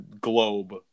Globe